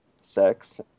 sex